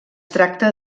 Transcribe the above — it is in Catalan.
tracta